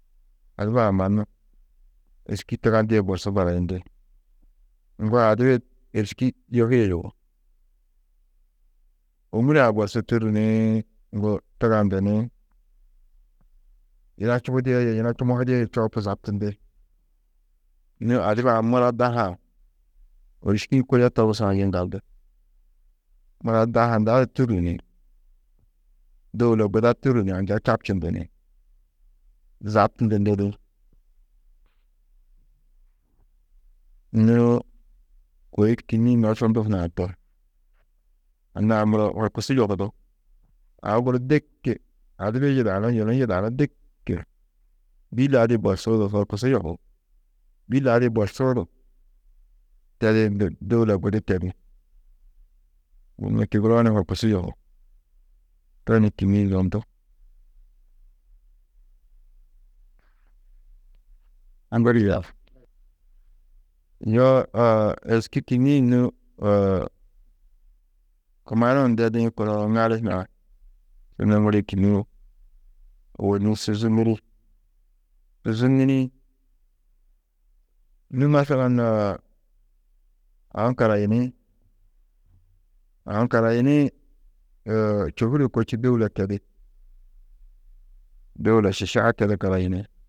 Adibaa mannu êriski tigandîe borsu barayindi, ŋgo adibi êriski yohîe yugó, ômure-ã borsu tûrru nî ŋgo tigandu ni yina čubudia yê yina čumohidia yê čoopu zabtundi nû adiba-ã mura daha-ã êriski-ĩ kuyo togusã yiŋgaldu, mura daha hunda du tûrru ni dôula guda tûrru ni anja čabčundu ni zabtundu lidi, nû kôi kînniĩ nozundu hunã to. Anna-ã muro horkusu yohudú, aũ guru diki adibi yidanú yunu yidanú diki bî ladi borsu du horkusu yohú, bî ladi borsu du tedî dôula gudi tedi buŋa tigiroo ni horkusu yohú, to ni kînniĩ zondu yoo êriski kînniĩ nû kumanuũ ndedî kunu, ŋali hunã nûŋuri kînniĩ, ôwonni su zûnuri, su zûnurĩ nû masalan aũ karayiniî, aũ karayiniĩ čôhure kôči dôula tedi, dôula šišaa tedu karayini.